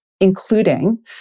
including